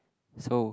so